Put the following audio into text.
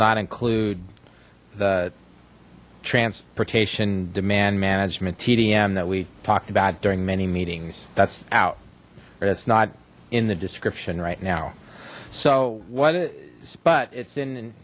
not include the transportation demand management tdm that we talked about during many meetings that's out but it's not in the description right now so what it is but it's in and